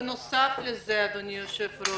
בנוסף לזה, אדוני היושב-ראש,